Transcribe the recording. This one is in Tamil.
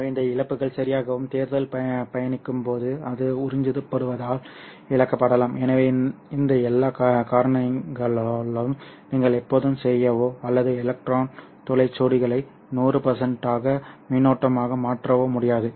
எனவே இந்த இழப்புகள் சரியாகவும் தேர்தல் பயணிக்கும்போதும் அது உறிஞ்சப்படுவதால் இழக்கப்படலாம் எனவே இந்த எல்லா காரணிகளாலும் நீங்கள் எப்போதும் செய்யவோ அல்லது எலக்ட்ரான் துளை ஜோடிகளை 100 ஆக மின்னோட்டமாக மாற்றவோ முடியாது